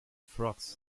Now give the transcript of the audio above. frogs